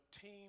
team